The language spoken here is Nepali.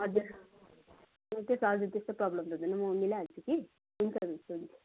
हजुर त्यस त्यस्तो प्रोब्लम त हुँदैन म मिलाइहाल्छु कि हुन्छ हुन्छ हुन्छ